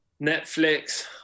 Netflix